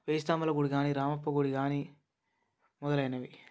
వేయి స్తంభాల గుడి కానీ రామప్ప గుడి కానీ మొదలైనవి